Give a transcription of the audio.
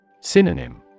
Synonym